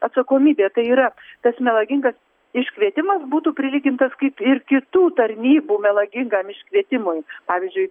atsakomybė tai yra tas melagingas iškvietimas būtų prilygintas kaip ir kitų tarnybų melagingam iškvietimui pavyzdžiui